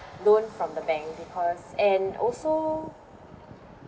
loan from the bank because and also